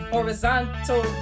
Horizontal